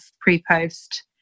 pre-post